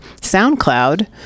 soundcloud